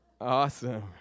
Awesome